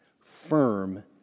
Firm